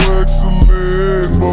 excellent